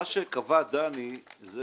מה שקבע דני זה